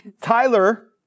Tyler